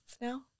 now